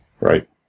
Right